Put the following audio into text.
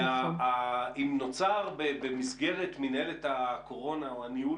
אם נוצר במסגרת מינהלת הקורונה או הניהול